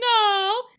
no